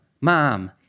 mom